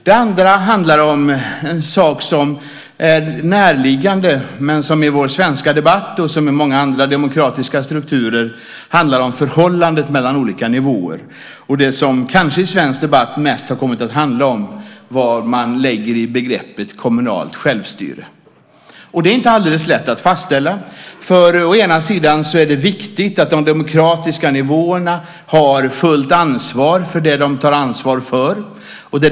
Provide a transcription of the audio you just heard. Det andra handlar om något som ligger nära, men som i vår svenska debatt och i andra demokratiska strukturer handlar om förhållandet mellan olika nivåer. I svensk debatt har det främst kommit att handla om vad man lägger i begreppet "kommunalt självstyre". Det är inte alldeles lätt att fastställa. Å ena sidan är det viktigt att de demokratiska nivåerna har fullt ansvar på sina områden.